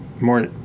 more